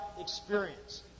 experience